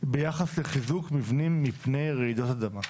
ביחס לחיזוק מבנים מפני רעידות אדמה.